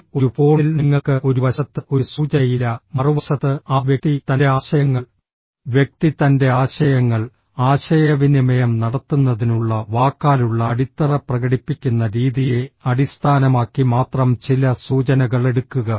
എന്നാൽ ഒരു ഫോണിൽ നിങ്ങൾക്ക് ഒരു വശത്ത് ഒരു സൂചനയില്ല മറുവശത്ത് ആ വ്യക്തി തൻറെ ആശയങ്ങൾ വ്യക്തി തൻ്റെ ആശയങ്ങൾ ആശയവിനിമയം നടത്തുന്നതിനുള്ള വാക്കാലുള്ള അടിത്തറ പ്രകടിപ്പിക്കുന്ന രീതിയെ അടിസ്ഥാനമാക്കി മാത്രം ചില സൂചനകൾ എടുക്കുക